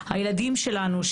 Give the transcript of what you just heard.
הילדים שלנו,